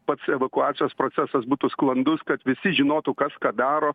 pats evakuacijos procesas būtų sklandus kad visi žinotų kas ką daro